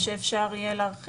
או אפשר יהיה להרחיב,